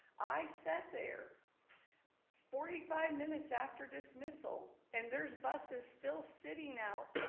i sat there forty five minutes after dismissal and there's buses still sitting out,